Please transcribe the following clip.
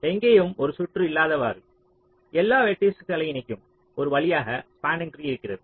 எங்கேயும் ஒரு சுற்று இல்லாதவாறு எல்லா வெர்ட்டிஸஸ்களை இணைக்கும் ஒரு வழியாக ஸ்பாண்ணிங் ட்ரீ இருக்கிறது